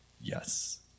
Yes